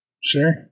Sure